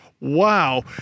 Wow